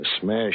smash